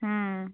हूँ